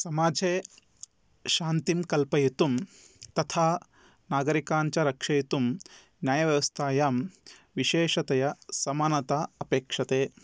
समाजे शान्तिं कल्पयितुं तथा नागरिकान् च रक्षयितुं न्यायव्यवस्थायां विशेषतया समानता अपेक्षते